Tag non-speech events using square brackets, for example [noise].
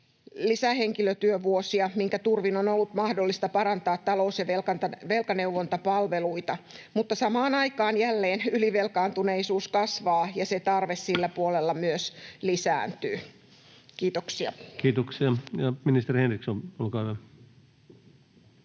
lisähenkilötyövuosia, minkä turvin on ollut mahdollista parantaa talous- ja velkaneuvontapalveluita. Mutta samaan aikaan jälleen ylivelkaantuneisuus kasvaa, [noise] ja se tarve sillä puolella myös lisääntyy. — Kiitoksia. [Speech 127] Speaker: